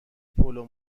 پلو